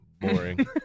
Boring